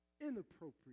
inappropriate